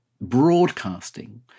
broadcasting